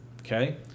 Okay